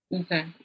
Okay